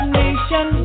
nation